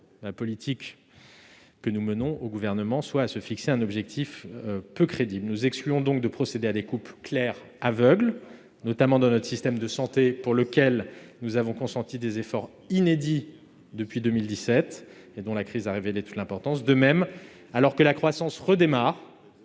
la politique menée par le Gouvernement soit à nous fixer un objectif peu crédible. Nous excluons donc de procéder à des coupes claires, aveugles, notamment dans notre système de santé, en faveur duquel nous avons consenti des efforts inédits depuis 2017 et dont la crise a révélé toute l'importance. De même, alors que la croissance redémarre,